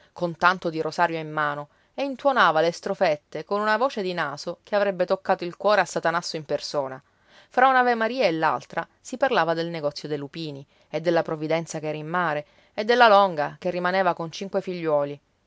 con tanto di rosario in mano e intuonava le strofette con una voce di naso che avrebbe toccato il cuore a satanasso in persona fra un'avemaria e l'altra si parlava del negozio dei lupini e della provvidenza che era in mare e della longa che rimaneva con cinque figliuoli